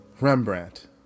Rembrandt